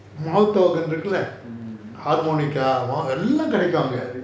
mm